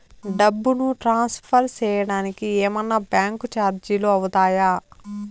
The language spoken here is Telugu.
డబ్బును ట్రాన్స్ఫర్ సేయడానికి ఏమన్నా బ్యాంకు చార్జీలు అవుతాయా?